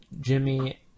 Jimmy